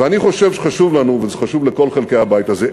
ואני חושב שחשוב לנו, וזה חשוב לכל חלקי הבית הזה.